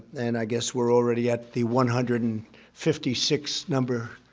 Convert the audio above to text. and i guess we're already at the one hundred and fifty six number.